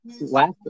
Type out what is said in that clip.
Last